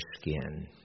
skin